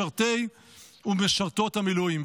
משרתי ומשרתות המילואים.